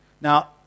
Now